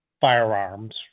firearms